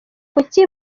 kuki